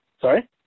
Sorry